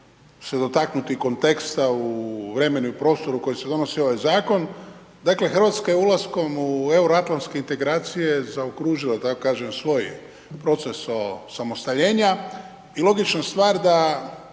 Hrvatska je ulaskom u euroatlanske integracije zaokružila da tako kažem svoj proces osamostaljenja i logična stvar da